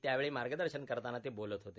त्यावेळी मार्गदर्शन करताना ते बोलत होते